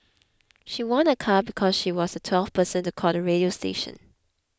she won a car because she was the twelfth person to call the radio station